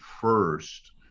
first